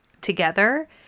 together